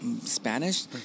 Spanish